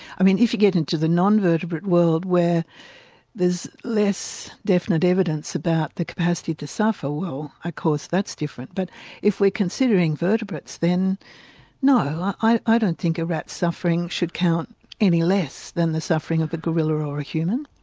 i mean if you get into the non-vertebrate world where there's less definite evidence about the capacity to suffer, well of course that's different. but if we're considering vertebrates then no, i don't think a rat's suffering should count any less than the suffering of the gorilla or a human.